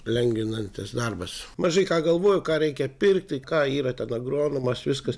lengvinantis darbas mažai ką galvoju ką reikia pirkti ką yra ten agronomas viskas